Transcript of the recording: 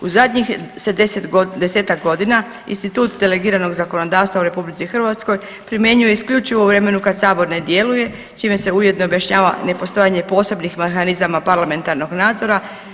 U zadnjih se desetak godina institut delegiranog zakonodavstva u RH primjenjuje isključivo u vremenu kad Sabor ne djeluje čime se ujedno objašnjava ne postojanje posebnih mehanizama parlamentarnog nadzora.